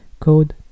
Code